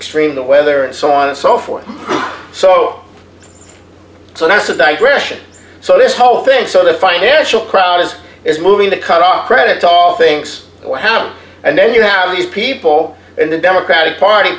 stream the weather and so on and so forth so so that's a digression so this whole thing so the financial crowd is is moving to cut off credit all thinks what happened and then you have these people in the democratic party